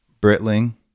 Britling